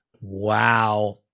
Wow